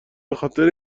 بخاطر